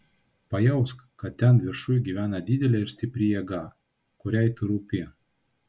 pajausk kad ten viršuj gyvena didelė ir stipri jėga kuriai tu rūpi